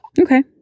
Okay